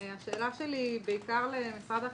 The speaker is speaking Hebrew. השאלה שלי היא בעיקר למשרד החינוך.